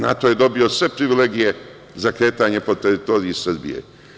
NATO je dobio sve privilegije za kretanje po teritoriji Srbije.